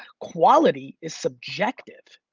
quality is subjective.